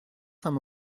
saint